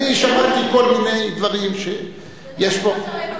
שמעתי כל מיני דברים שיש פה, לוקחים את